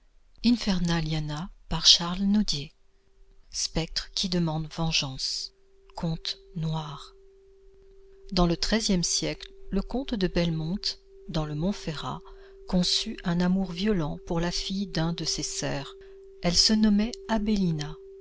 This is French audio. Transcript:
spectre qui demande vengeance conte noir dans le treizième siècle le comte de belmonte dans le montferrat conçut un amour violent pour la fille d'un de ses serfs elle se nommait abélina